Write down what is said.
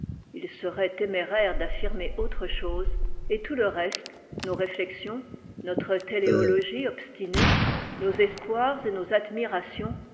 il serait téméraire d'affirmer autre se et tout le reste nos réflexions notre téléologîe obstinée nos espoirs et nos admirations